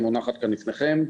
היא מונחת כאן לפניכם.